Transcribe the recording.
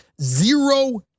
zero